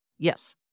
Yes